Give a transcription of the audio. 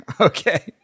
Okay